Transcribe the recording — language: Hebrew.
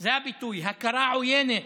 זה הביטוי, הכרה עוינת,